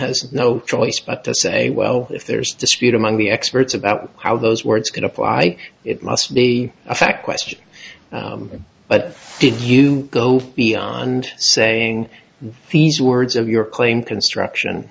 has no choice but to say well if there's a dispute among the experts about how those words can apply it must be a fact question but did you go beyond saying these words of your claim construction